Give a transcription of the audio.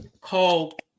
called